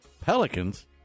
Pelicans